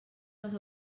les